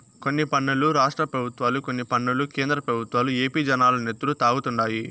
కొన్ని పన్నులు రాష్ట్ర పెబుత్వాలు, కొన్ని పన్నులు కేంద్ర పెబుత్వాలు ఏపీ జనాల నెత్తురు తాగుతండాయి